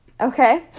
Okay